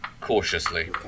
Cautiously